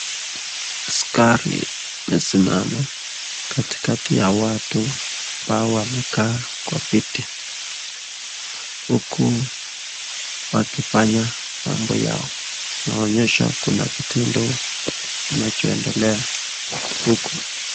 Askari amesimama katikati ya watu ambao wamekaa kwa viti, huku wakifanya mambo yao inaonyesha kuna kitendo kinachoendelea huku